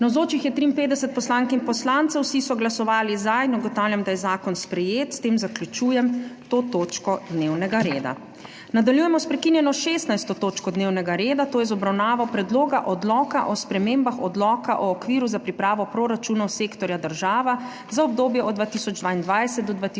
Navzočih je 53 poslank in poslancev, vsi so glasovali za. (Za je glasovalo 53.) (Proti nihče.) Ugotavljam, da je zakon sprejet. S tem zaključujem to točko dnevnega reda. Nadaljujemo s prekinjeno 16. točko dnevnega reda, to je z obravnavo Predloga odloka o spremembah Odloka o okviru za pripravo proračunov sektorja država za obdobje od 2022 do 2024.